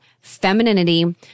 femininity